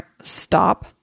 stop